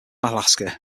alaska